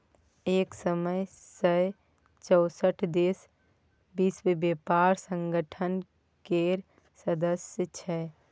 एक सय चौंसठ देश विश्व बेपार संगठन केर सदस्य छै